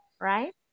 right